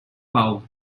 pau